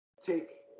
take